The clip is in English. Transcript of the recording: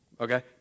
okay